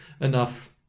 enough